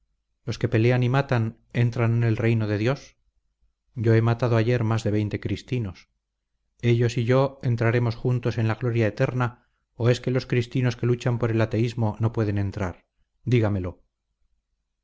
los que pelean y matan entran en el reino de dios yo he matado ayer más de veinte cristinos ellos y yo entraremos juntos en la gloria eterna o es que los cristinos que luchan por el ateísmo no pueden entrar dígamelo